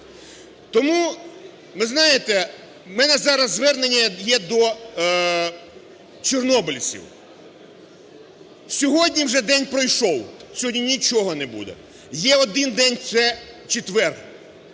Тому, ви знаєте, в мене зараз звернення є до чорнобильців. Сьогодні вже день пройшов, сьогодні нічого не буде, є один день – це четвер,